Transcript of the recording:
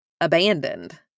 abandoned